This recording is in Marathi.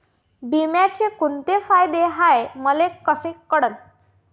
बिम्याचे कुंते फायदे हाय मले कस कळन?